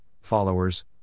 followers